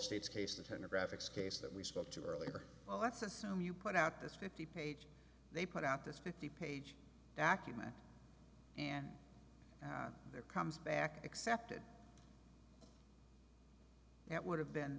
states case the tender graphics case that we spoke to earlier well let's assume you put out this fifty page they put out this fifty page document and there comes back accepted that would have been